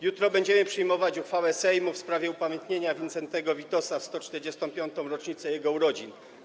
Jutro będziemy przyjmować uchwałę Sejmu w sprawie upamiętnienia Wincentego Witosa w 145. rocznicę jego urodzin.